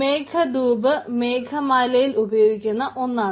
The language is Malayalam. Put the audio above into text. മേഘധൂപ് മേഘമാലയിൽ ഉപയോഗിക്കുന്ന ഒന്നാണ്